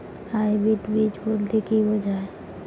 Hybrid বীজ বলতে কী বোঝায়?